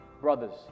brothers